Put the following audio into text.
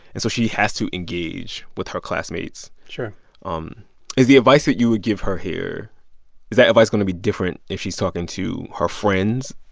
and so she has to engage with her classmates sure um is the advice that you would give her here is that advice going to be different if she's talking to her friends?